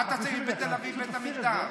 מה אתה צריך בתל אביב בית מקדש?